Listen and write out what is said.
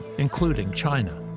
including china.